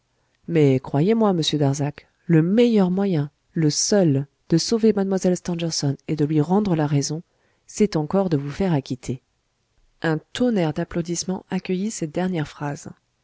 mais croyez-moi monsieur darzac le meilleur moyen le seul de sauver mlle stangerson et de lui rendre la raison c'est encore de vous faire acquitter un tonnerre d'applaudissements accueillit cette dernière phrase